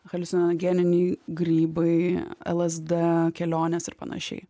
haliucinogeniniai grybai lsd kelionės ir panašiai